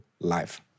life